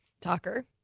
Talker